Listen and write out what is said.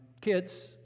kids